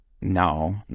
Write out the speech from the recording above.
No